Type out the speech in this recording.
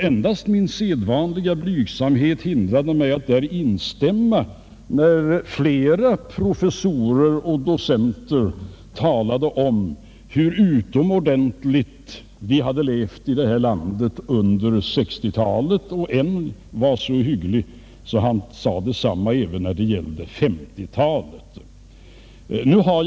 Endast min sedvanliga blygsamhet hindrade mig från att instämma när flera professorer och docenter talade om hur utomordentligt vi hade levt i detta land under 1960-talet. En av dem var så hygglig att han sade detsamma även när det gällde 1950-talet.